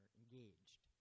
engaged